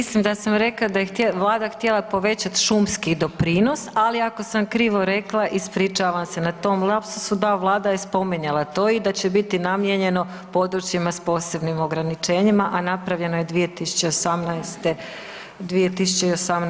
Mislim da sam rekla da je Vlada htjela povećat šumski doprinos ali ako sam krivo rekla ispričavam se na tom lapsusu da Vlada je spominjala to i da će biti namijenjeno područjima s posebnim ograničenjima, a napravljeno je 2018. godine.